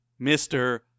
Mr